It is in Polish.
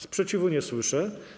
Sprzeciwu nie słyszę.